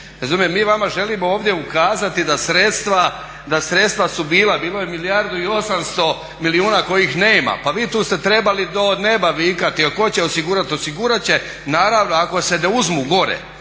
Mi vama želimo ovdje ukazati da sredstva su bila, bilo je milijardu i 800 milijuna kojih nema. Pa vi tu ste trebali do neba vikati a tko će osigurati, osigurati će naravno ako se ne uzmu gore,